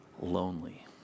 lonely